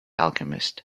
alchemist